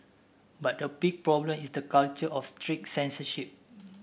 but the big problem is the culture of strict censorship